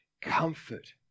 Comfort